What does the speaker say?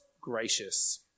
gracious